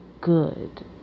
good